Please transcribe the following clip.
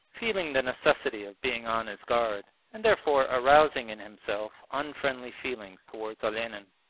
feeling the necessity of being on his guard, and therefore arousing in himself unfriendly feelings towards olenin.